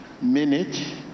minute